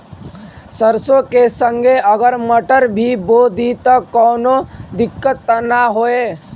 सरसो के संगे अगर मटर भी बो दी त कवनो दिक्कत त ना होय?